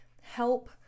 help